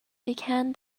began